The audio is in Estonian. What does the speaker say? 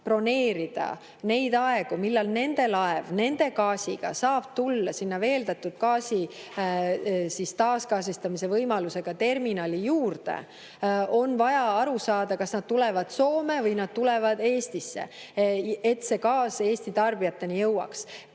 broneerida neid aegu, millal nende laev nende gaasiga saab tulla veeldatud gaasi taasgaasistamise võimalusega terminali juurde, on vaja aru saada, kas nad tulevad Soome või nad tulevad Eestisse, et see gaas Eesti tarbijateni jõuaks.